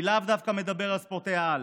אני לאו דווקא מדבר על ספורטאי-העל.